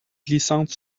glissante